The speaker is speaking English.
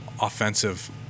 offensive